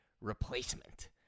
replacement